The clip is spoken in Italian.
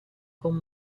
con